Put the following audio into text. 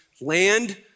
land